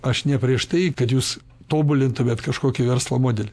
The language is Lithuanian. aš ne prieš tai kad jūs tobulintumėt kažkokį verslo modelį